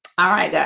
alright guys,